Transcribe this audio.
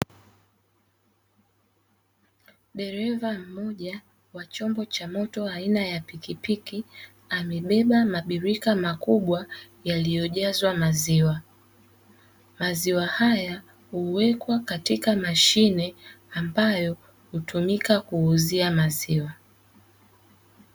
Dereva mmoja wa chombo cha moto aina ya pikipiki maziwa haya huwekwa katika mashine ambayo hutumika kuuzia maziwa